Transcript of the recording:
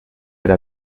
era